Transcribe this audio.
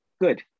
Good